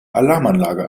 alarmanlage